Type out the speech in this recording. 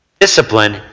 discipline